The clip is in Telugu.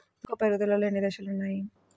మొక్క పెరుగుదలలో ఎన్ని దశలు వున్నాయి?